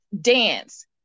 dance